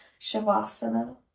Shavasana